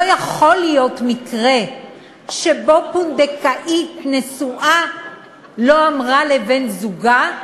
לא יכול להיות מקרה שבו פונדקאית נשואה לא אמרה לבן-זוגה,